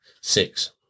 Six